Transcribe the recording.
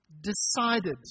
decided